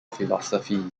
philosophy